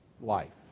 life